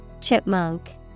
chipmunk